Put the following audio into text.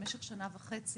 במשך שנה וחצי,